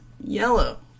Yellow